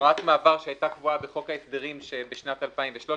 הוראת מעבר שהיתה קבועה בחוק ההסדרים משנת 2013,